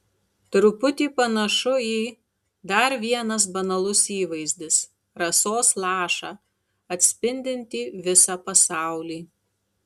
truputį panašu į dar vienas banalus įvaizdis rasos lašą atspindintį visą pasaulį